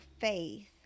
faith